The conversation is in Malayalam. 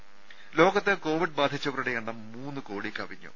ദര ലോകത്ത് കോവിഡ് ബാധിച്ചവരുടെ എണ്ണം മൂന്ന് കോടി കവിഞ്ഞു